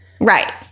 Right